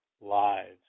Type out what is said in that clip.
lives